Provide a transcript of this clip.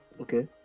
Okay